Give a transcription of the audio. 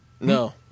No